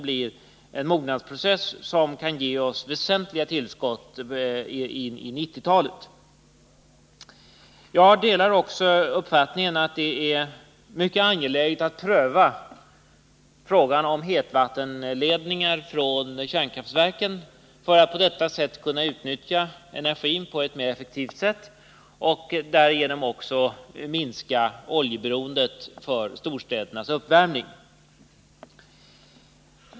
Först en mognadsprocess kan ge oss väsentliga tillskott på 1990-talet. Jag delar också uppfattningen att det är mycket angeläget att pröva frågan om hetvattenledningar från kärnkraftverken för att på det viset kunna utnyttja energin på ett mer effektivt sätt och därigenom minska oljeberoendet för storstädernas uppvärmning.